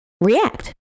react